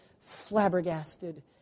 flabbergasted